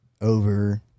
over